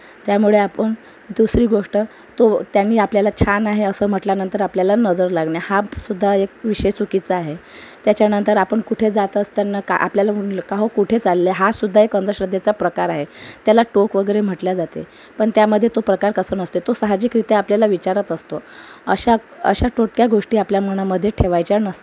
त्यामुळे आपण दुसरी गोष्ट तो त्यांनी आपल्याला छान आहे असं म्हटल्यानंतर आपल्याला नजर लागणे हासुद्धा एक विषय चुकीचा आहे त्यच्यानंतर आपण कुठे जात असताना का आपल्याला म्हणलं का हो कुठे चालले हासुद्धा एक अंधश्रद्धेचा प्रकार आहे त्याला टोक वगैरे म्हटले जाते पण त्यामध्ये तो प्रकार कसं नसतंय तो साहजिकरित्या आपल्याला विचारत असतो अशा अशा टोटक्या गोष्टी आपल्या मनामध्ये ठेवायच्या नसतात